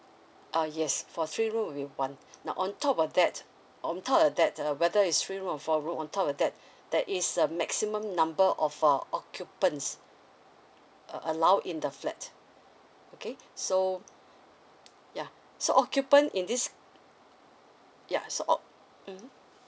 uh yes for three room you want now on top of that on top of that uh whether it's three room or four room on top of that there is a maximum number of uh occupants uh allowed in the flat okay so yeah so occupant in this yeah so oc~ mm